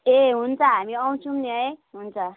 ए हुन्छ हामी आउँछौँ नि है हुन्छ